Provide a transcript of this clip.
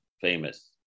famous